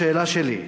השאלה שלי,